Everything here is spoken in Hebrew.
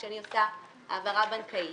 כשאני עושה העברה בנקאית,